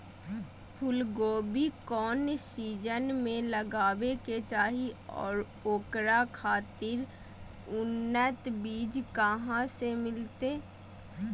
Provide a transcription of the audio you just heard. फूलगोभी कौन सीजन में लगावे के चाही और ओकरा खातिर उन्नत बिज कहा से मिलते?